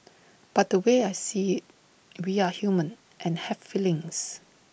but the way I see IT we are human and have feelings